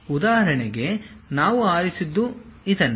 ಉದಾಹರಣೆಗೆ ನಾನು ಆರಿಸಿದ್ದು ಇದನ್ನೇ